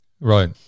right